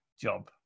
job